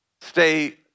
stay